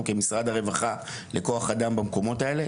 כמשרד הרווחה לכוח אדם במקומות האלה.